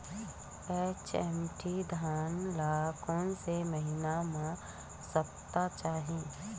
HMT धान ल कोन से महिना म सप्ता चाही?